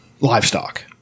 livestock